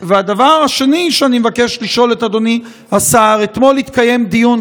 והדבר השני שאני מבקש לשאול את אדוני השר: אתמול התקיים דיון,